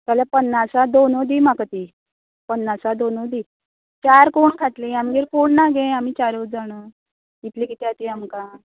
जाल्यार पन्नासा दोनू दी म्हाका ती पन्नासा दोनू दी चार कोण खातली आमगेर कोण ना गे आमी चारू जाणां इतली किद्या ती आमकां